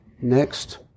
Next